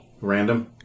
random